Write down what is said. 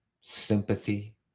sympathy